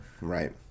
right